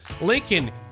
Lincoln